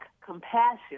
compassion